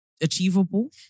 achievable